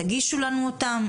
תגישו לנו אותן,